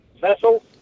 vessel